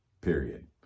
period